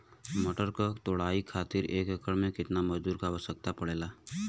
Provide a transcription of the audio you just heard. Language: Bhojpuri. मटर क तोड़ाई खातीर एक एकड़ में कितना मजदूर क आवश्यकता पड़ेला?